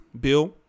Bill